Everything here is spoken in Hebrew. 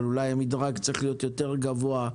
אבל אולי המדרג צריך להיות יותר גבוה,